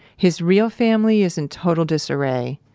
his real family is in total disarray,